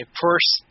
first